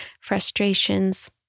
frustrations